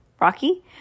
Rocky